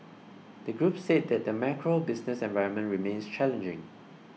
the group said that the macro business environment remains challenging